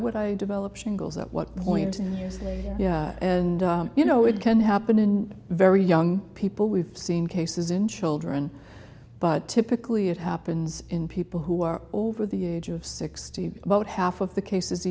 would i develop shingles at what point in years and you know it can happen in very young people we've seen cases in children but typically it happens in people who are over the age of sixty about half of the cases